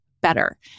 better